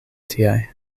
tiaj